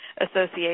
Association